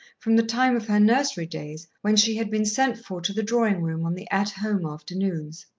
from the time of her nursery days, when she had been sent for to the drawing-room on the at home afternoons.